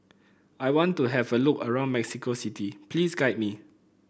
I want to have a look around Mexico City please guide me